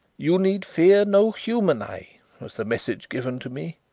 you need fear no human eye was the message given to me.